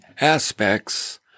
aspects